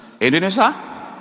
Indonesia